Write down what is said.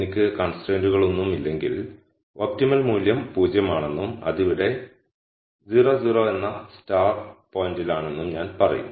എനിക്ക് കൺസ്ട്രയ്ന്റുകളൊന്നും ഇല്ലെങ്കിൽ ഒപ്റ്റിമൽ മൂല്യം 0 ആണെന്നും അത് ഇവിടെ എന്ന സ്റ്റാർ പോയിന്റിലാണെന്നും ഞാൻ പറയും